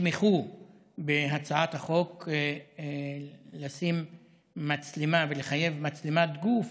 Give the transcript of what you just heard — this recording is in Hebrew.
תתמכו בהצעת החוק לשים מצלמה ולחייב מצלמת גוף